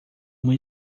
uma